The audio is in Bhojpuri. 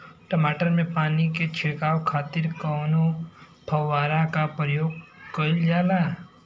टमाटर में पानी के छिड़काव खातिर कवने फव्वारा का प्रयोग कईल जाला?